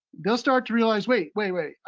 they'll start to realize, wait, wait, wait,